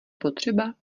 potřeba